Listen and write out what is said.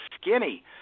skinny